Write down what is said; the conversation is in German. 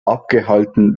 abgehalten